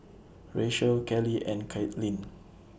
Rachelle Kelley and Caitlynn